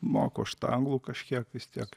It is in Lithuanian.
moku aš tą anglų kažkiek vis tiek